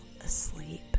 asleep